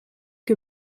que